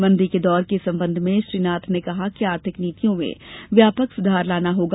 मंदी के दौर के संबंध में श्री नाथ ने कहा कि आर्थिक नीतियों में व्यापक सुधार लाना होगा